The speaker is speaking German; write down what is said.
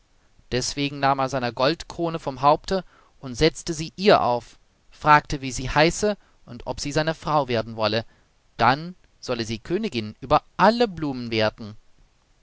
deswegen nahm er seine goldkrone vom haupte und setzte sie ihr auf fragte wie sie heiße und ob sie seine frau werden wolle dann solle sie königin über alle blumen werden